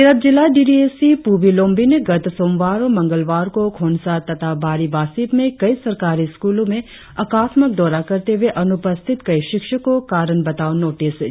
तिरप जिला D D S E Pubi Lombi ने गत सोमवार और मंगलवार को खोंसा तथा बारी बासिप में कई सरकारी स्कूलों में आकास्मक दौरा करते हुए अनुपस्थित कई शिक्षकों को कारण बताओं नोटिस जारी किया